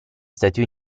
stati